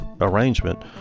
arrangement